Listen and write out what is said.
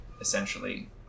essentially